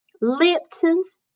Lipton's